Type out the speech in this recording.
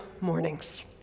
mornings